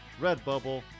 Redbubble